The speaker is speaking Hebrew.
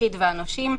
היחיד והנושים.